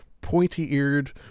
pointy-eared